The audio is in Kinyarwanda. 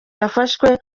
yafashwe